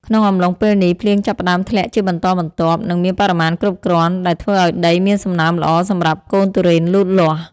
ក្នុងអំឡុងពេលនេះ ភ្លៀងចាប់ផ្តើមធ្លាក់ជាបន្តបន្ទាប់ និងមានបរិមាណគ្រប់គ្រាន់ ដែលធ្វើឱ្យដីមានសំណើមល្អសម្រាប់កូនទុរេនលូតលាស់។